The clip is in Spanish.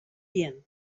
bien